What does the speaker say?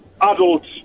adults